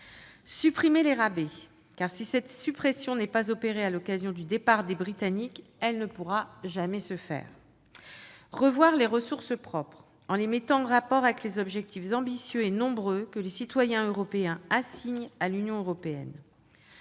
supprimer les rabais, car si cette suppression n'a pas lieu à l'occasion du départ des Britanniques, elle ne pourra jamais se faire ; revoir les ressources propres, en les mettant en rapport avec les objectifs ambitieux et nombreux que les citoyens européens assignent à l'Union européenne